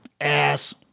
ass